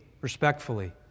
respectfully